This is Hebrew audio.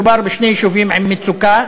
מדובר בשני יישובים עם מצוקה